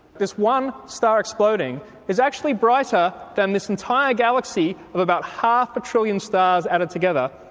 this one star exploding is actually brighter than this entire galaxy of about half a trillion stars added together.